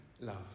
love